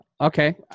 Okay